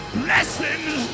blessings